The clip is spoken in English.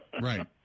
Right